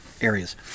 areas